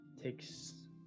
takes